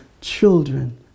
children